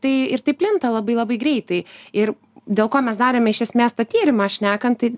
tai ir tai plinta labai labai greitai ir dėl ko mes darėme iš esmės tą tyrimą šnekant tai